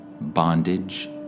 bondage